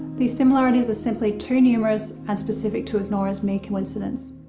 these similarities are simply too numerous and specific to ignore as mere coincidence.